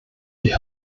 die